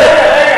אני אומר,